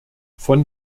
von